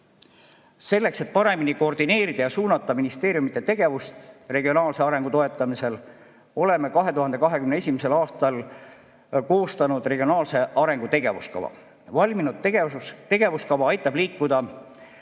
Selleks et paremini koordineerida ja suunata ministeeriumide tegevust regionaalse arengu toetamisel, oleme 2021. aastal koostanud regionaalse arengu tegevuskava. Valminud tegevuskava aitab liikuda